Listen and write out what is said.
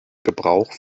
gebrauch